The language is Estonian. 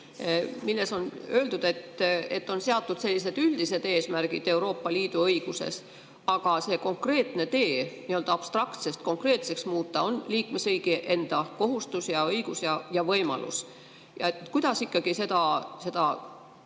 milles on öeldud, et on seatud sellised üldised eesmärgid Euroopa Liidu õiguses, aga see konkreetne tee, kuidas midagi nii‑öelda abstraktsest konkreetseks muuta, on liikmesriigi enda kohustus ja õigus ja võimalus. Kuidas ikkagi seda